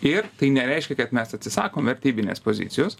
ir tai nereiškia kad mes atsisakom vertybinės pozicijos